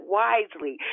wisely